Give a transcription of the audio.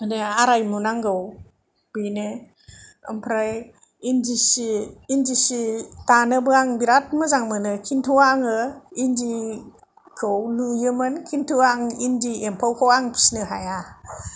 माने आराय मु नांगौ बेनो ओमफ्राय इन्दि सि इन्दि सि दानोबो आं बेराद मोजां मोनो खिन्थु आङो इन्दिखौ लुयोमोन खिन्थु आं इन्दि एमफौखौ आं फिनो हाया